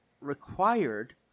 required